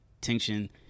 tension